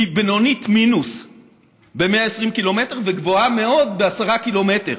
היא בינונית מינוס ב-120 קילומטר מ וגבוהה מאוד ב-10 קילומטר,